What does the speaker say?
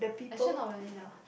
actually not really lah